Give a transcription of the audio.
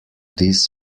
this